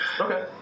Okay